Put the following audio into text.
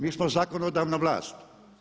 Mi smo zakonodavna vlast.